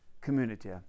community